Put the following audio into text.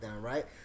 right